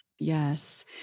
Yes